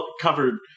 covered